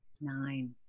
Nine